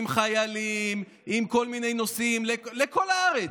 עם חיילים ועם כל מיני נוסעים, לכל הארץ.